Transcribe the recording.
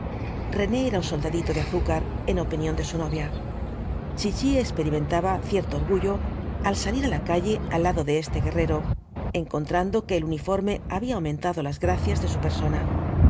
rene era un soldadito de azúcar en opinión de su novia chichi experimentaba cierto orgullo al salir á la calle al lado de este guerrero encontrando que el uniforme había aumentado las gracias de su persona